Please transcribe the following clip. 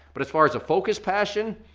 but as far as a focused passion,